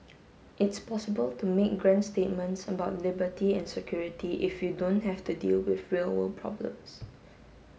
it's possible to make grand statements about liberty and security if you don't have to deal with real world problems